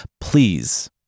Please